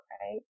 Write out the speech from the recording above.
right